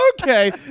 Okay